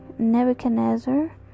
Nebuchadnezzar